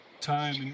time